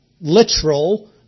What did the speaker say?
literal